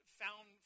found